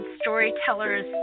storytellers